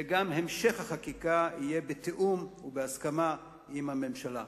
וגם המשך החקיקה יהיה בתיאום ובהסכמה עם הממשלה.